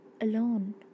alone